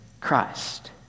Christ